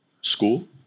School